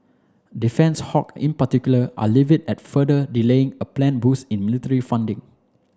defence hawk in particular are livid at further delaying a planned boost in military funding